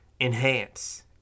enhance